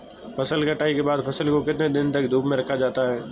फसल कटाई के बाद फ़सल को कितने दिन तक धूप में रखा जाता है?